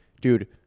Dude